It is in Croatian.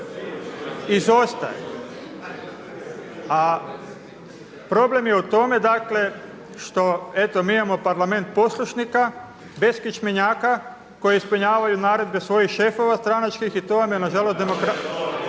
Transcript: izostaje. A problem je u tome što eto mi imamo Parlament poslušnika, beskičmenjaka koji ispunjavaju naredbe svojih šefova stranačkih i to vam je nažalost demokracija